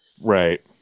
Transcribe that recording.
Right